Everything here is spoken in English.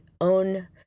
own